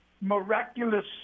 miraculous